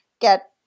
get